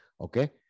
Okay